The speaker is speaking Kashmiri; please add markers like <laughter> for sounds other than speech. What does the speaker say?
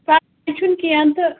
پَتہٕ <unintelligible> چھُنہٕ کینٛہہ تہٕ